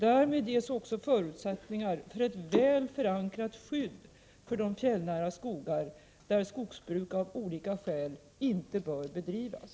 Därmed ges också förutsättningar för ett väl förankrat skydd för de fjällnära skogar där skogsbruk av olika skäl inte bör bedrivas.